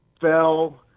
fell